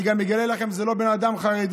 אני גם אגלה לכם, זה לא בן אדם חרדי.